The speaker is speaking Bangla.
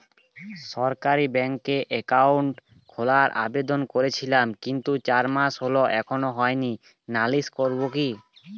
সরকারি ব্যাংকে একাউন্ট খোলার আবেদন করেছিলাম কিন্তু চার মাস হল এখনো হয়নি নালিশ করব কি?